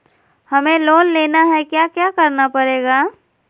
हमें लोन लेना है क्या क्या करना पड़ेगा?